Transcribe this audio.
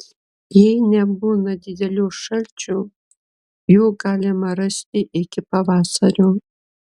jei nebūna didelių šalčių jų galima rasti iki pavasario